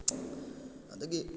ꯑꯗꯒꯤ